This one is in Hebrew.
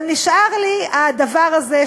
אבל נשאר לי הדבר הזה,